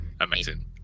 Amazing